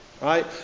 Right